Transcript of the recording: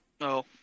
No